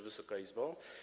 Wysoka Izbo!